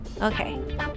Okay